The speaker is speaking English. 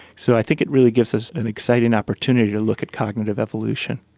so i think it really gives us an exciting opportunity to look at cognitive evolution.